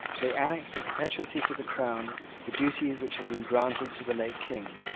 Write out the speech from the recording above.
they annexed in perpetuity to the crown the duties which had been granted to the late king,